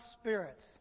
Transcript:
spirits